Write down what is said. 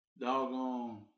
doggone